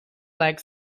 like